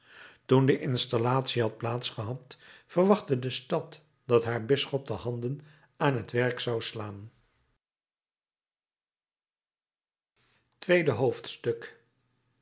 toen de installatie had plaats gehad verwachtte de stad dat haar bisschop de handen aan het werk zou slaan tweede hoofdstuk